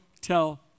tell